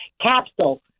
capsule